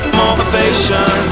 motivation